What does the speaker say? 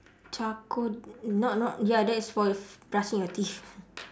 charcoal not not ya that is for brushing your teeth